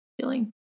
feeling